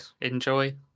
enjoy